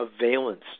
valence